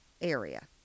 area